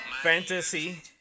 Fantasy